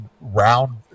round